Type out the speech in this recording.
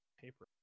paper